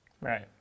right